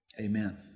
Amen